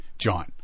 John